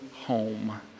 home